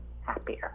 happier